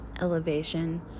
elevation